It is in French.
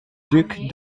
duc